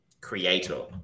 creator